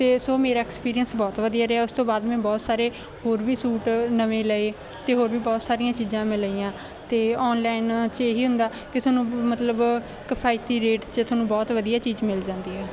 ਅਤੇ ਸੋ ਮੇਰਾ ਐਕਸਪੀਰੀਅੰਸ ਬਹੁਤ ਵਧੀਆ ਰਿਹਾ ਉਸ ਤੋਂ ਬਾਅਦ ਮੈਂ ਬਹੁਤ ਸਾਰੇ ਹੋਰ ਵੀ ਸੂਟ ਨਵੇਂ ਲਏ ਅਤੇ ਹੋਰ ਵੀ ਬਹੁਤ ਸਾਰੀਆਂ ਚੀਜ਼ਾਂ ਮੈਂ ਲਈਆਂ ਅਤੇ ਔਨਲਾਈਨ 'ਚ ਇਹੀ ਹੁੰਦਾ ਕਿ ਤੁਹਾਨੂੰ ਮਤਲਬ ਕਿਫਾਇਤੀ ਰੇਟ 'ਚ ਤੁਹਾਨੂੰ ਬਹੁਤ ਵਧੀਆ ਚੀਜ਼ ਮਿਲ ਜਾਂਦੀ ਹੈ